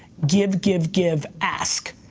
give, give, give, ask.